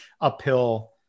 uphill